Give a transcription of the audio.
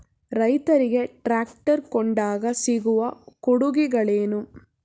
ರೈತರಿಗೆ ಟ್ರಾಕ್ಟರ್ ಕೊಂಡಾಗ ಸಿಗುವ ಕೊಡುಗೆಗಳೇನು?